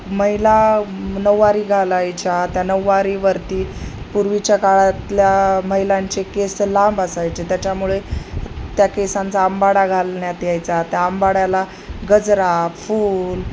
महिला नऊवारी घालायच्या त्या नऊवारीवरती पूर्वीच्या काळातल्या महिलांचे केस लांब असायचे त्याच्यामुळे त्या केसांचा आंबाडा घालण्यात यायचा त्या आंबाड्याला गजरा फूल